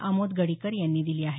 आमोद गडीकर यांनी दिली आहे